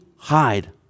Hide